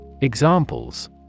Examples